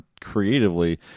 creatively